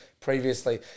previously